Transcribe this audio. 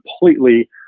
completely